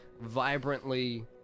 vibrantly